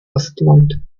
ostwand